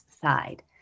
side